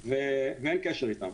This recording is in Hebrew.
ואין קשר אתם.